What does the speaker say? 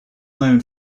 known